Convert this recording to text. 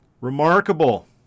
Remarkable